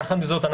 יחד עם זאת,